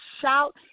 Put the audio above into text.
shout